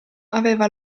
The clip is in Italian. aveva